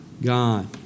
God